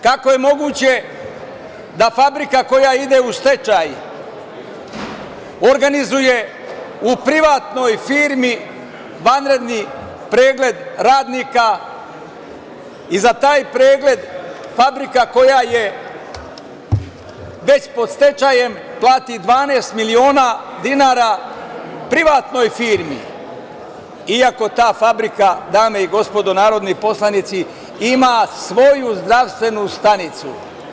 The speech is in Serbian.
Kako je moguće da fabrika koja ide u stečaj, organizuje u privatnoj firmi vanredni pregleda radnika i za taj pregled, fabrika koja je već pod stečajem, plati 12 miliona dinara privatnoj firmi, iako ta fabrika, dame i gospodo narodni poslanici, ima svoju zdravstvenu stanicu?